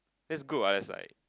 that's good what that's like